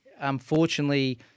unfortunately